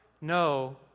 no